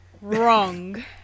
Wrong